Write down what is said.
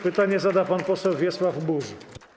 Pytanie zada pan poseł Wiesław Buż.